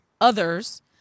others